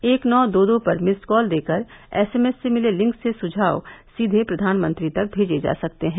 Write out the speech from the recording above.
एक नौ दो दो पर मिस्ड कॉल देकर एसएमएस से मिले लिंक से सुझाव सीधे प्रधानमंत्री तक भेजे जा सकते हैं